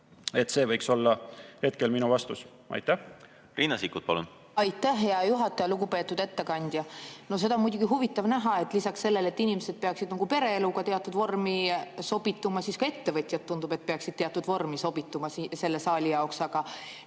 See võiks olla hetkel minu vastus. Riina Sikkut, palun! Aitäh, hea juhataja! Lugupeetud ettekandja! No seda on muidugi huvitav näha: lisaks sellele, et inimesed peaksid pereeluga nagu teatud vormi sobituma, tundub, et ka ettevõtjad peaksid teatud vormi sobituma selle saali jaoks.